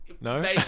no